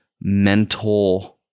mental